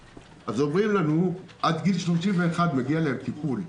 אז אומרים לנו: עד גיל 31 מגיע להם טיפול.